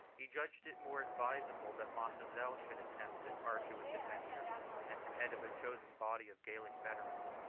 he judged it more advisable, that mascezel should attempt this arduous adventure at the head of a chosen body of gallic veterans,